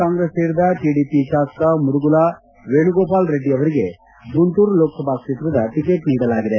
ಕಾಂಗ್ರೆಸ್ ಸೇರಿದ ಟಡಿಪಿ ಶಾಸಕ ಮುದುಗುಲ ವೇಣುಗೋಪಾಲರೆಡ್ಡಿ ಅವರಿಗೆ ಗುಂಟೂರು ಲೋಕಸಭಾ ಕ್ಷೇತ್ರದ ಟಕೆಟ್ ನೀಡಲಾಗಿದೆ